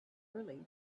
early